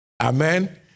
Amen